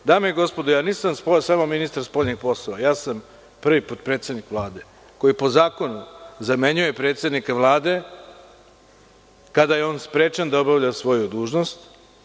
Dame i gospodi, nisam samo ministra spoljnih poslova, ja sam prvi potpredsednik Vlade koji po zakonu zamenjuje predsednika Vlade kada je on sprečen da obavlja svoju dužnost.